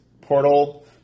Portal